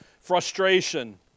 frustration